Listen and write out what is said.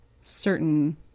certain